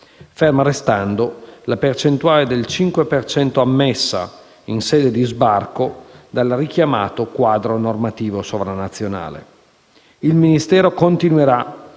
ferma restando la percentuale del cinque per cento ammessa, in sede di sbarco, dal richiamato quadro normativo sovranazionale. Il Ministero continuerà,